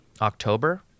October